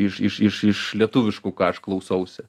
iš iš iš iš lietuviškų ką aš klausausi